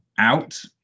out